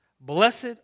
blessed